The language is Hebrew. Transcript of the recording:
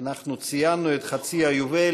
אנחנו ציינו חצי יובל